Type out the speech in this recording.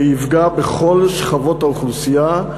ושהוא יפגע בכל שכבות האוכלוסייה.